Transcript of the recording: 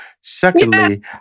Secondly